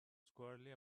squarely